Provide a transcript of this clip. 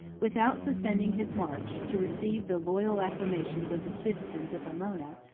without suspending his march, to receive the loyal acclamations of the citizens of aemona,